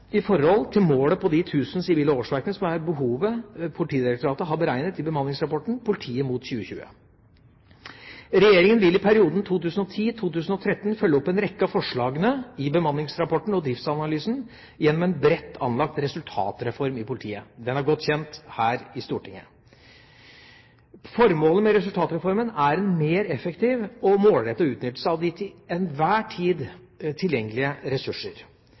til målet om de 1 000 sivile årsverkene som er behovet Politidirektoratet har beregnet i bemanningsrapporten Politiet mot 2020. Regjeringa vil i perioden 2010–2013 følge opp en rekke av forslagene i bemanningsrapporten og driftsanalysen gjennom en bredt anlagt resultatreform i politiet – den er godt kjent her i Stortinget. Formålet med resultatreformen er en mer effektiv og målrettet utnyttelse av de til enhver tid tilgjengelige ressurser.